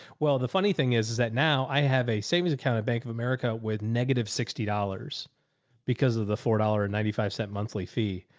well, the funny thing is, is that now i have a savings account at bank of america with negative sixty dollars because of the four dollars and ninety five cent monthly fee.